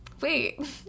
wait